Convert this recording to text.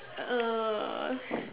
uh